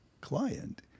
client